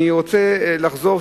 אני רוצה לחזור,